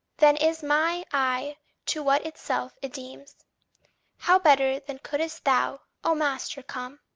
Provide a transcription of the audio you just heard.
than is my i to what itself it deems how better then couldst thou, o master, come,